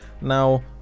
now